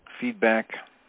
feedback